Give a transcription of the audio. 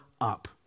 up